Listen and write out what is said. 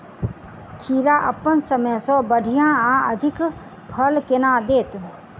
खीरा अप्पन समय सँ बढ़िया आ अधिक फल केना देत?